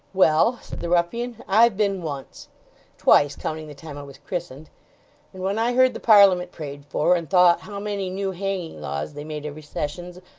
well, said the ruffian, i've been once twice, counting the time i was christened and when i heard the parliament prayed for, and thought how many new hanging laws they made every sessions,